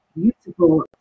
beautiful